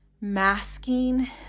masking